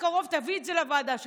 תביא את זה בקרוב לוועדה שלך.